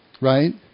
right